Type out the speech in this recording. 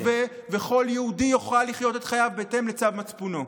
יהיה שווה וכל יהודי יוכל לחיות את חייו בהתאם לצו מצפונו.